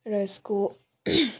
र यसको